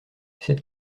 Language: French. cette